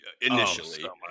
initially